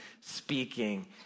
speaking